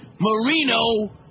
Marino